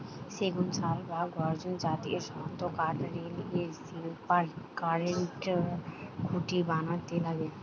সেগুন, শাল বা গর্জন জাতের শক্তকাঠ রেলের স্লিপার, কারেন্টের খুঁটি বানাইতে লাগে